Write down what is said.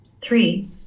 Three